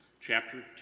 chapter